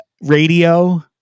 Radio